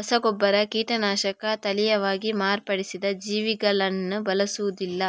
ರಸಗೊಬ್ಬರ, ಕೀಟನಾಶಕ, ತಳೀಯವಾಗಿ ಮಾರ್ಪಡಿಸಿದ ಜೀವಿಗಳನ್ನ ಬಳಸುದಿಲ್ಲ